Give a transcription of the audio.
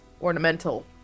ornamental